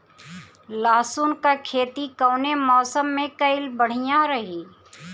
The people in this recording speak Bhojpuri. लहसुन क खेती कवने मौसम में कइल बढ़िया रही?